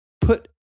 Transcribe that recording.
put